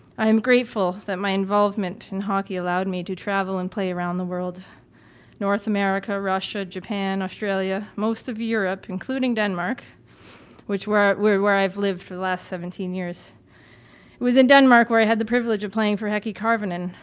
i am grateful that my involvement in hockey allowed me to travel and play around the world north american, russia, japan, australia, most of europe, including denmark which is where where i've lived for the last seventeen years. it was in denmark where i had the privilege of playing for hekki carvenan,